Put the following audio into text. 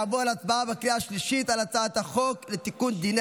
נעבור להצבעה בקריאה השלישית על הצעת החוק לתיקון דיני